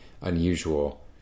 unusual